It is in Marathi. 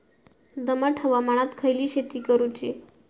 दमट हवामानात खयली शेती करूची?